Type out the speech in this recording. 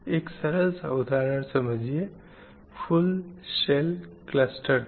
एक सरल सा उदाहरण समझिए फ़ुल शेल क्लस्टर का